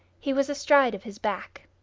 he was astride of his back.